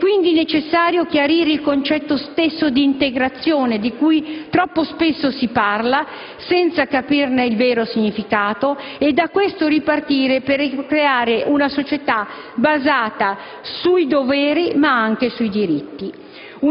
E', quindi, necessario chiarire il concetto stesso di integrazione - di cui troppo spesso si parla senza capirne il vero significato - e da questo ripartire per creare una società basata sui doveri, ma anche sui diritti.